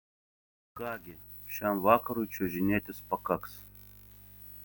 ką gi šiam vakarui čiuožinėtis pakaks